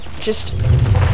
Just-